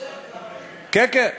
כן, כן.